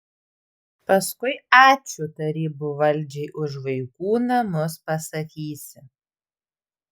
paskui ačiū tarybų valdžiai už vaikų namus pasakysi